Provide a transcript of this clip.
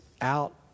out